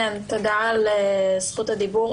תודה על זכות הדיבור.